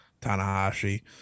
Tanahashi